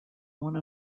one